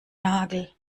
nagel